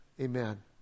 Amen